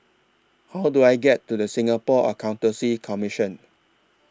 How Do I get to The Singapore Accountancy Commission